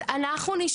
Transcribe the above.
אז אנחנו,